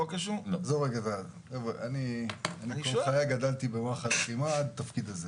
כל חיי גדלתי עם רוח הלחימה לתפקיד הזה.